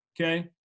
okay